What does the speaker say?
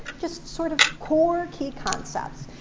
just sort of core key concepts.